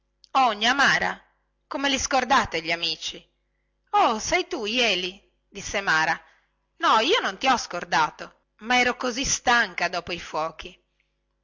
gnà mara come li scordate gli amici oh sei tu jeli disse mara no io non ti ho scordato ma ero così stanca dopo i fuochi